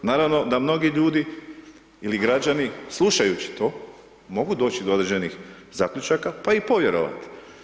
Naravno da mnogi ljudi ili građani slušajući to, mogu doći do određenih zaključaka, pa i povjerovati.